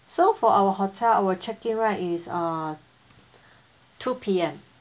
so for our hotel our check-in right is uh two P_M